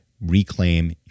reclaim